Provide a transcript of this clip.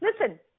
listen